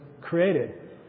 created